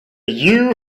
you